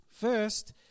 First